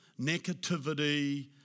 negativity